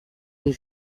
les